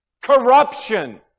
Corruption